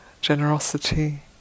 generosity